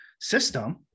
system